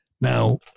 Now